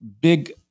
big